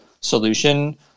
solution